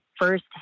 first